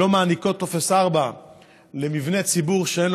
לא מעניקות טופס 4 למבנה ציבור שאין